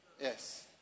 Yes